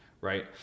right